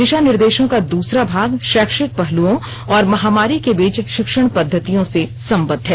दिशा निर्देशों का दूसरा भाग शैक्षिक पहलुओं और महामारी के बीच शिक्षण पद्धतियों से संबद्ध है